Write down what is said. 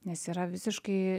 nes yra visiškai